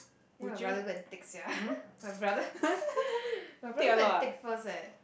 then my brother go and take sia my brother my brother go and take first leh